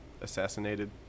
assassinated